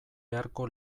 beharko